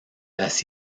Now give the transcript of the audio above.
las